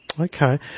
Okay